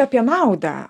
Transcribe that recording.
apie naudą